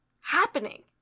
happening